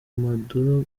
maduro